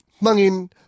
mangin